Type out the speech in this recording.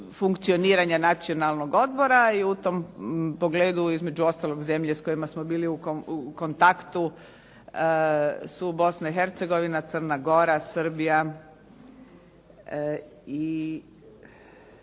funkcioniranje Nacionalnog odbora i u tom pogledu između ostalog zemlje s kojima smo bili u kontaktu su Bosna i Hercegovina, Crna Gora, Srbija i